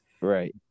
Right